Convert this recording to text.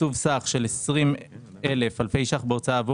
תקצוב סך של 20,000 אלפי ש"ח בהוצאה עבור